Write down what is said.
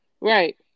Right